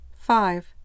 Five